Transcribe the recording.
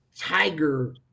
Tiger